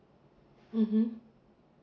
mmhmm